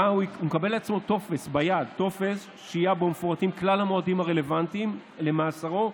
הוא מקבל טופס שבו יהיו מפורטים כלל המועדים הרלוונטיים למאסרו,